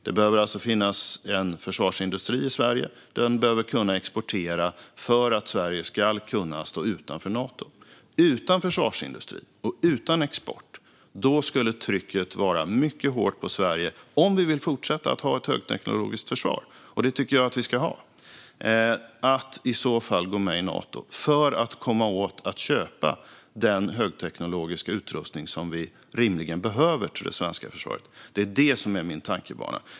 Det behöver alltså finnas en försvarsindustri i Sverige, och den behöver kunna exportera för att Sverige ska kunna stå utanför Nato. Utan försvarsindustri och utan export skulle trycket vara mycket hårt på Sverige - om vi vill fortsätta att ha ett högteknologiskt försvar, och det tycker jag att vi ska ha - att i så fall gå med i Nato för att kunna köpa den högteknologiska utrustning som vi rimligen behöver till det svenska försvaret. Det är det som är min tankebana.